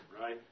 Right